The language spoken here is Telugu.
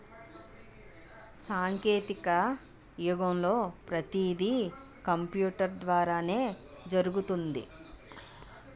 సాంకేతిక యుగంలో పతీది కంపూటరు ద్వారానే జరుగుతుంది